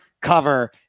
cover